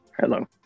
hello